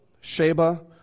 Sheba